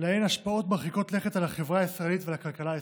שיש להן השפעות מרחיקות לכת על החברה הישראלית ועל הכלכלה הישראלית: